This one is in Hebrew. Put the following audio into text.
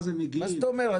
מה זאת אומרת?